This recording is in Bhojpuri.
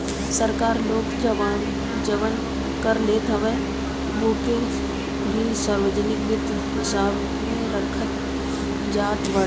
सरकार लोग से जवन कर लेत हवे उ के भी सार्वजनिक वित्त हिसाब में रखल जात बाटे